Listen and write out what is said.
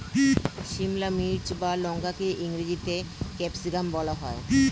সিমলা মির্চ বা লঙ্কাকে ইংরেজিতে ক্যাপসিকাম বলা হয়